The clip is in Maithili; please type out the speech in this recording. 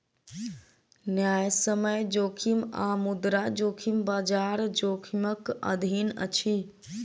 न्यायसम्य जोखिम आ मुद्रा जोखिम, बजार जोखिमक अधीन अछि